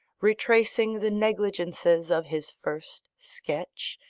retracing the negligences of his first sketch,